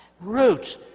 Roots